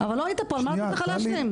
לא היית פה, מה לתת לך להשלים?